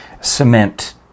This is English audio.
cement